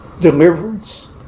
deliverance